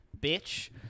bitch